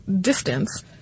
distance